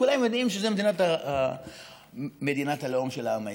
כולם יודעים שזו מדינת הלאום של העם היהודי.